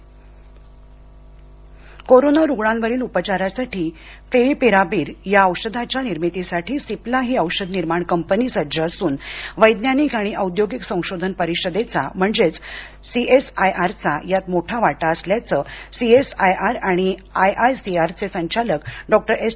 सिप्ला लस कोरोना रुग्णांवरील उपचारासाठी फेवीपिरावीर या औषधाच्या निर्मितीसाठी सिप्ला ही औषध निर्माण कंपनी सज्ज असून वैज्ञानिक आणि औद्योगिक संशोधन परीषदेचा म्हणजेच सी एस आय आर चा यात मोठा वाटा असल्याचं सीएसआयआर आयआयसीआर चे संचालक डॉक्टर एस